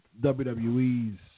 WWE's